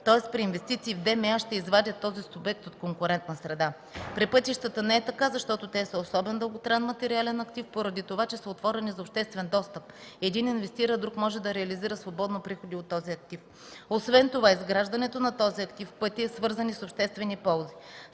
материален актив (ДМА) ще извадят този субект от конкурентна среда. При пътищата не е така, защото те са особен дълготраен материален актив, поради това че са отворени за обществен достъп – един инвестира, а друг може да реализира свободно приходи от този актив. Освен това изграждането на този актив – пътя, е свързан и с обществени ползи.